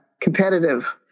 competitive